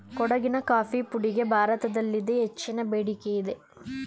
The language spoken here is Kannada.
ಕೊಡಗಿನ ಕಾಫಿ ಪುಡಿಗೆ ಭಾರತದಲ್ಲಿದೆ ಹೆಚ್ಚಿನ ಬೇಡಿಕೆಯಿದೆ